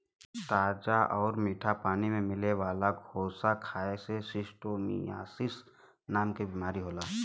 ताजा आउर मीठा पानी में मिले वाला घोंघा खाए से शिस्टोसोमियासिस नाम के बीमारी होला